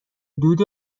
دود